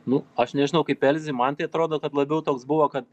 nu aš nežinau kaip elzei man tai atrodo kad labiau toks buvo kad